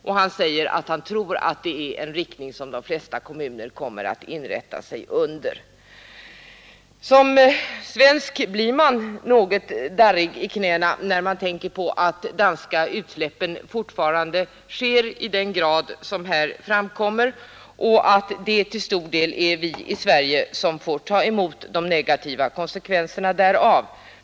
Jens Kampmann s er sig tro att det är en riktning som de flesta kommuner kommer att inrätta sig under Som svensk blir man något darrig i knäna när man tänker på att de danska utsläppen fortfarande sker i den grad som här framkommer och att det till stor del är vi i Sverige som får ta emot de negativa konsekvenserna därav.